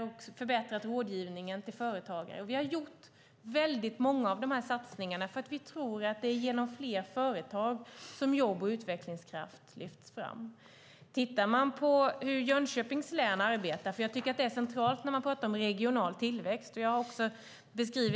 Vi har förbättrat rådgivningen till företagen. Väldigt många av de här satsningarna har vi gjort eftersom vi tror att det är genom fler företag som jobb och utvecklingskraft lyfts fram. Man kan titta på hur Jönköpings län arbetar. Jag tycker att det är centralt när man talar om regional tillväxt.